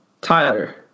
Tyler